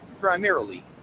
Primarily